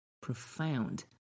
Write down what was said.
profound